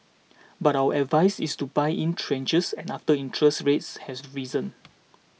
but our advice is to buy in tranches and after interest rates has to risen